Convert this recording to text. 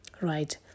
right